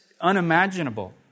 unimaginable